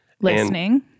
Listening